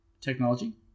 technology